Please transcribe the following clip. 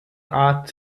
art